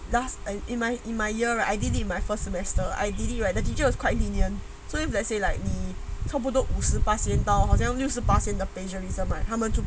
last last elective my year right ideally I only did my first semester ideally where the teacher is quite lenient so let's say like 你差不多五十八仙到好像六十八仙的 plagiarism right 他们就